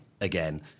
again